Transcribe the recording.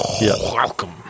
Welcome